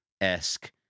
esque